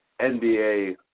NBA